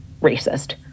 racist